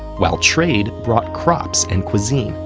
while trade brought crops and cuisine,